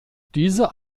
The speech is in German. diese